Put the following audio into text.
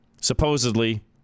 supposedly